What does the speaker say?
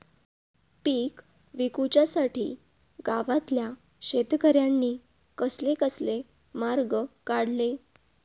पीक विकुच्यासाठी गावातल्या शेतकऱ्यांनी कसले कसले मार्ग काढले?